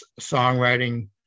songwriting